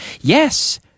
Yes